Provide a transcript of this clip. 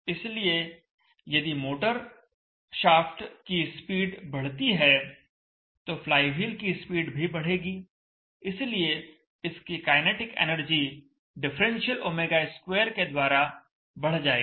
इसलिए यदि motor shaft की स्पीड बढ़ती है तो फ्लाईव्हील की स्पीड भी बढ़ेगी इसलिए इसकी काइनेटिक एनर्जी डिफरेंशियल ω2 के द्वारा बढ़ जाएगी